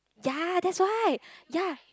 ya that's why ya